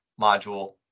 module